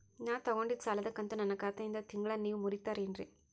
ನಾ ತೊಗೊಂಡಿದ್ದ ಸಾಲದ ಕಂತು ನನ್ನ ಖಾತೆಯಿಂದ ತಿಂಗಳಾ ನೇವ್ ಮುರೇತೇರೇನ್ರೇ?